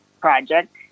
project